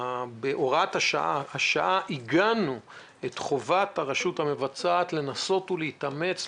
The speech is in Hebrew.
בהוראת השעה עיגנו את חובת הרשות המבצעת לנסות ולהתאמץ,